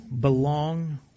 belong